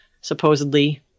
supposedly